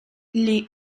les